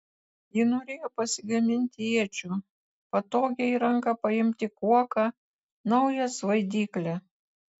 ji norėjo pasigaminti iečių patogią į ranką paimti kuoką naują svaidyklę